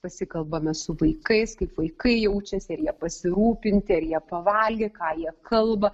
pasikalbame su vaikais kaip vaikai jaučiasi ir jie pasirūpinti ar jie pavalgę ką jie kalba